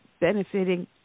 benefiting